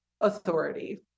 authority